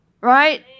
Right